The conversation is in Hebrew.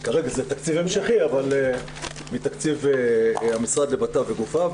כרגע זה תקציב המשכי אבל מתקציב המשרד לבט"פ וגופיו,